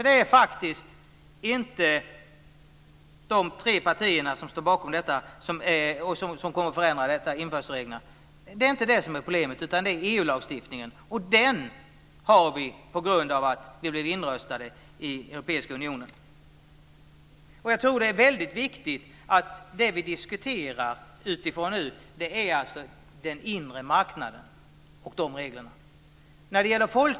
Det är faktiskt inte de tre partierna som står bakom detta och som kommer förändra införselreglerna som skapar problemen, utan det är EU-lagstiftningen. Den har vi på grund av att vi blev inröstade i Europeiska unionen. Jag tror att det är väldigt viktigt att inse att vi nu diskuterar utifrån den inre marknaden och de regler som finns där.